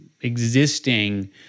existing